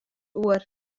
oer